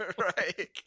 Right